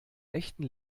echten